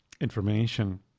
information